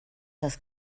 das